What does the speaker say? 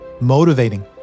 motivating